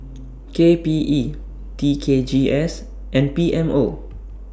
K P E T K G S and P M O